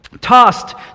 tossed